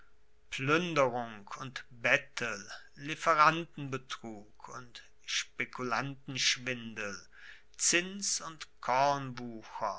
pluenderung und bettel lieferantenbetrug und spekulantenschwindel zins und